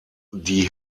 die